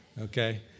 okay